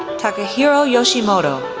takahiro yoshimoto,